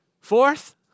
Fourth